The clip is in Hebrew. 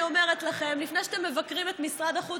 אני אומרת לכם: לפני שאתם מבקרים את משרד החוץ,